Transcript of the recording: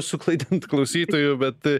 suklaidint klausytojų bet